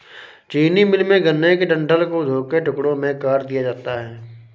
चीनी मिल में, गन्ने के डंठल को धोकर टुकड़ों में काट दिया जाता है